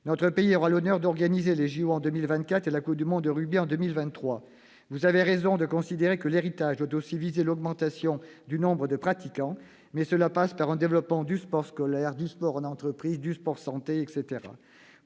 Notre pays aura l'honneur d'organiser les jeux Olympiques en 2024 et la coupe du monde de rugby en 2023. Vous avez raison de considérer que l'héritage doit aussi viser l'augmentation du nombre de pratiquants, mais cela passe par un développement du sport scolaire, du sport en entreprise, du sport santé, etc.